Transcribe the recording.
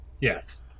Yes